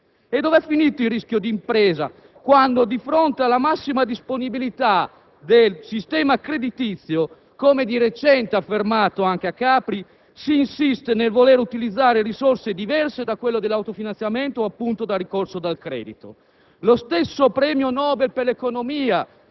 E dove è finito il rischio di impresa quando, di fronte alla massima disponibilità del sistema creditizio, come di recente affermato anche a Capri, si insiste nel voler utilizzare risorse diverse da quelle dell'autofinanziamento o, appunto, dal ricorso al credito? [**Presidenza del vice